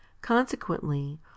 consequently